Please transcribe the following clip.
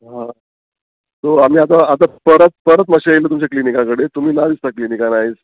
हां सो आमी आतां आतां परत परत मातशें येयलें तुमच्या क्लिनिका कडेन तुमी ना दिसता क्लिनिकान आयज